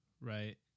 right